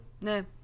no